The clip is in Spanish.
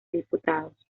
diputados